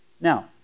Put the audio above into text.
Now